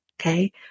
okay